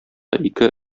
ике